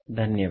धन्यवाद